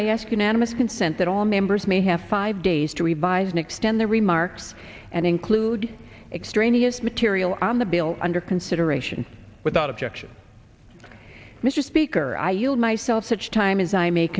i ask unanimous consent that all members may have five days to revise and extend their remarks and include extraneous material on the bill and consideration without objection mr speaker i yield myself such time as i ma